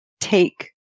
take